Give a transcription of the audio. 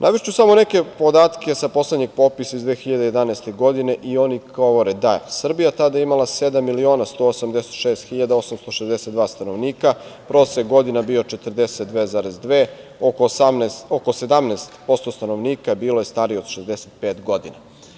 Navešću samo neke podatke sa poslednjeg popisa, iz 2011. godine, i oni govore da Srbija je tada imala sedam miliona 186 hiljada 862 stanovnika, prosek godina je bio 42,2 godine, oko 17% stanovnika bilo je starije od 65 godina.